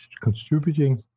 contributing